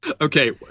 Okay